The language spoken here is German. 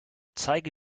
zeige